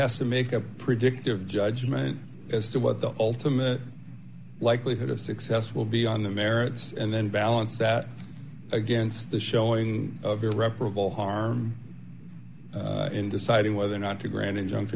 has to make a predictive judgment as to what the ultimate likelihood of success will be on the merits and then balance that against the showing of irreparable harm in deciding whether or not to grant in